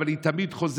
אבל היא תמיד חוזרת,